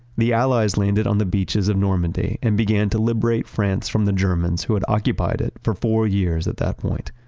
the allies landed on the beaches of normandy and began to liberate france from the germans who had occupied it for four years at that point.